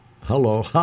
Hello